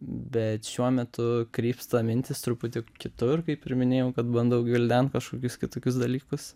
bet šiuo metu krypsta mintys truputį kitur kaip ir minėjau kad bandau gvildent kažkokius kitokius dalykus